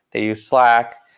they use slack.